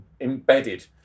embedded